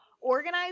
organize